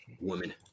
woman